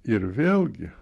ir vėlgi